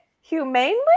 Humanely